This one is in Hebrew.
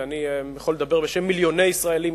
ואני יכול לדבר בשם מיליוני ישראלים,